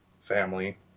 family